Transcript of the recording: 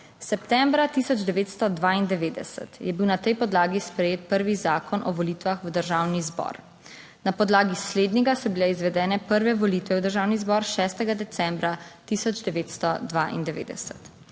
Septembra 1992 je bil na tej podlagi sprejet prvi Zakon o volitvah v Državni zbor. Na podlagi slednjega so bile izvedene prve volitve v državni zbor 6. decembra 1992.